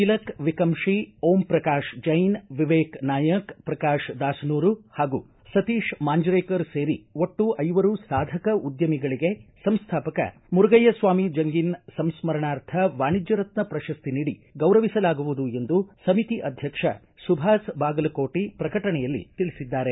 ತಿಲಕ ವಿಕಮಶಿ ಓಂ ಪ್ರಕಾಶ್ ಜೈನ್ ವಿವೇಕ ನಾಯಕ ಪ್ರಕಾಶ ದಾಸನೂರು ಹಾಗೂ ಸತೀಶ ಮಾಂಜ್ರೇಕರ ಸೇರಿ ಒಟ್ಟು ಐವರು ಸಾಧಕ ಉದ್ಕಮಿಗಳಿಗೆ ಸಂಸ್ಥಾಪಕ ಮುರಗಯ್ಯಸ್ವಾಮಿ ಜಂಗಿನ ಸಂಸ್ಕರಣಾರ್ಥ ವಾಣಿಜ್ಯ ರತ್ನ ಪ್ರಶಸ್ತಿ ನೀಡಿ ಗೌರವಿಸಲಾಗುವುದು ಎಂದು ಸಮಿತಿ ಅಧ್ಯಕ್ಷ ಸುಭಾಸ ಬಾಗಲಕೋಟೆ ಪ್ರಕಟಣೆಯಲ್ಲಿ ತಿಳಿಸಿದ್ದಾರೆ